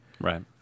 right